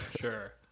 sure